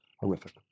horrific